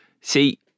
See